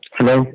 Hello